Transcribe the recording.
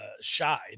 Shy